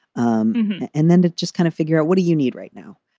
um and then it just kind of figure out what do you need right now?